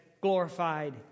glorified